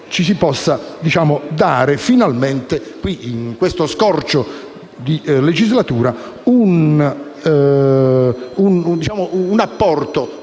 si possa dare finalmente, in questo scorcio di legislatura, un apporto